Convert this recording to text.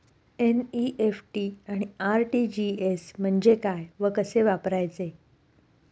NEFT आणि RTGS म्हणजे काय व कसे वापरायचे?